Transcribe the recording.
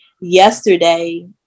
yesterday